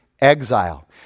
exile